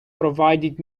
provided